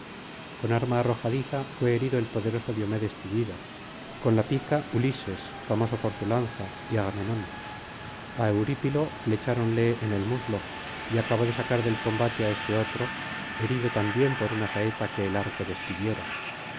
con arma arrojadiza fué herido el poderoso diomedes tidida con la pica uhses famoso por su lanza y agamenón á eurípilo flecháronle en el muslo y acabo de sacar del combate á este otro herido también por una saeta que el arco despidiera